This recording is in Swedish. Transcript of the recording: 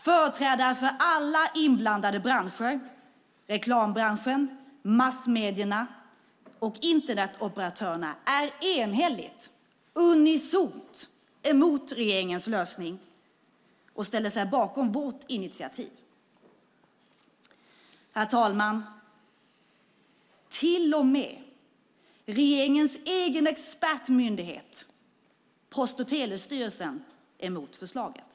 Företrädare för alla inblandade branscher, för reklambranschen, massmedierna och Internetoperatörerna, är enhälligt - unisont - mot regeringens lösning och ställer sig bakom vårt initiativ. Herr talman! Till och med regeringens egen expertmyndighet, Post och telestyrelsen, är emot förslaget.